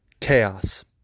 chaos